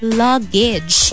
luggage